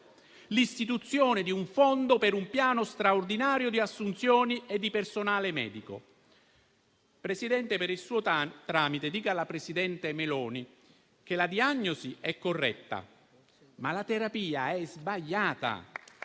l'istituzione di un fondo per un piano straordinario di assunzioni e di personale medico. Presidente, per il suo tramite, dica alla presidente Meloni che la diagnosi è corretta, ma la terapia è sbagliata.